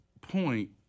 point